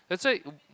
that's why